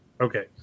Okay